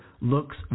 looks